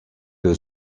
que